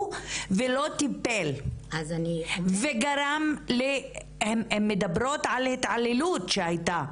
ולא טיפל וגרם כפי שהן מדברות על התעללות שהיתה.